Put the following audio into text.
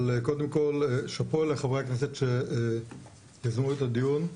שאפו לחברי הכנסת שיזמו את הדיון.